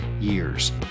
years